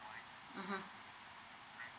mmhmm